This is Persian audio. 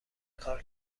کار